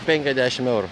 penkiasdešim eurų